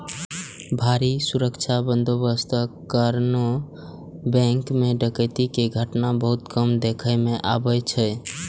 भारी सुरक्षा बंदोबस्तक कारणें बैंक मे डकैती के घटना बहुत कम देखै मे अबै छै